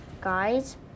Guys